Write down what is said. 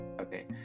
Okay